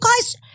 guys